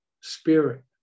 spirit